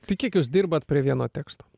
tai kiek jūs dirbat prie vieno teksto